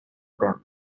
them